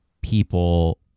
people